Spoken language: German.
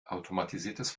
automatisiertes